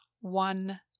one